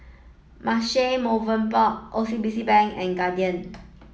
Marche Movenpick O C B C Bank and Guardian